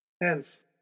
Hence